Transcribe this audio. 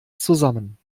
zusammen